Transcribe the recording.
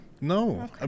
No